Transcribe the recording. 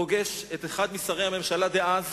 פגש אחד משרי הממשלה דאז